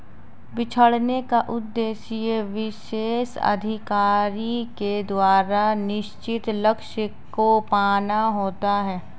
बिछड़ने का उद्देश्य विशेष अधिकारी के द्वारा निश्चित लक्ष्य को पाना होता है